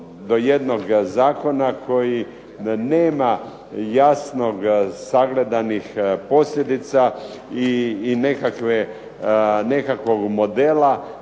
do jednog zakona koji nema jasnog sagledanih posljedica i nekakvog modela